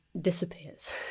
disappears